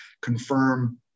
confirm